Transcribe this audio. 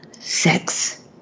Sex